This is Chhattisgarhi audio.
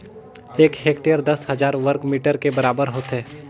एक हेक्टेयर दस हजार वर्ग मीटर के बराबर होथे